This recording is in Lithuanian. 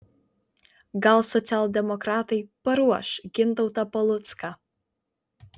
gal socialdemokratai paruoš gintautą palucką